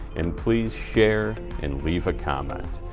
and please share and leave a comment.